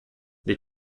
they